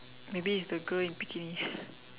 maybe it's the girl in bikini